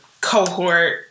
cohort